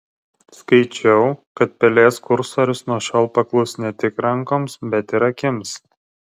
skaičiau kad pelės kursorius nuo šiol paklus ne tik rankoms bet ir akims